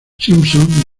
simpson